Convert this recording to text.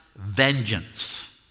vengeance